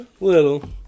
Little